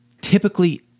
typically